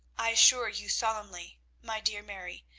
i assure you solemnly, my dear mary,